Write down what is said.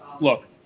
Look